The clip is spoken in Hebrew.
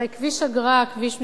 הרי כביש אגרה, כביש 6,